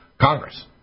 Congress